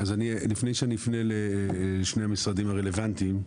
לפני שאפנה לשני המשרדים הרלוונטיים,